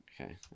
Okay